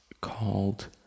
called